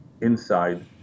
inside